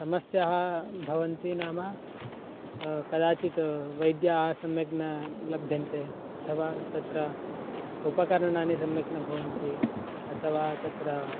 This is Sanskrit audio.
समस्याः भवन्ति नाम कदाचित् वैद्याः सम्यक् न लभ्यन्ते अथवा तत्र उपकरणानि सम्यक् न भवन्ति अथवा तत्र